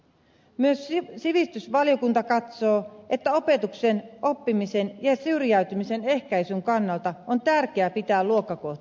myös sivistysvaliokunta katsoo että opetuksen oppimisen ja syrjäytymisen ehkäisyn kannalta on tärkeää pitää luokkakoot kohtuullisina